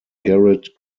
garrett